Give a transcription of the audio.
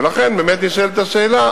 ולכן באמת נשאלת השאלה,